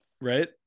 Right